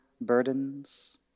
burdens